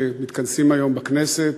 שמתכנסים היום בכנסת,